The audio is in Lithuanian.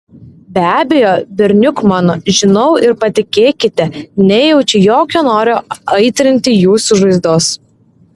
be abejo berniuk mano žinau ir patikėkite nejaučiu jokio noro aitrinti jūsų žaizdos